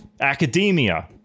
academia